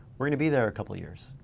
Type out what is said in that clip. we're gonna be there a couple of years,